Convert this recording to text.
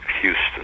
Houston